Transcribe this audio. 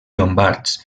llombards